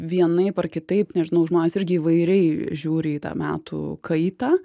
vienaip ar kitaip nežinau žmonės irgi įvairiai žiūri į tą metų kaitą